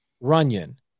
Runyon